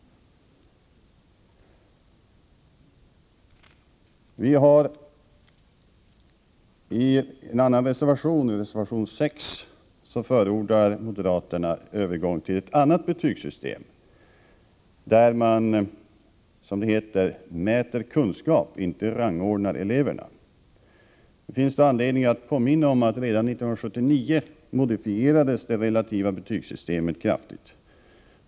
I reservation 6 förordar moderaterna en övergång till ett annat betygssystem, där man, som det heter, mäter kunskap och inte rangordnar eleverna. Det finns i detta sammanhang anledning att påminna om att redan 1979 modifierades det relativa betygssystemet kraftigt.